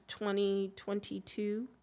2022